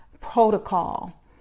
protocol